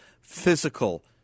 physical